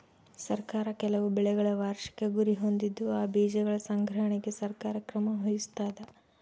ಸರ್ಕಾರ ಕೆಲವು ಬೆಳೆಗಳ ವಾರ್ಷಿಕ ಗುರಿ ಹೊಂದಿದ್ದು ಆ ಬೀಜಗಳ ಸಂಗ್ರಹಣೆಗೆ ಸರ್ಕಾರ ಕ್ರಮ ವಹಿಸ್ತಾದ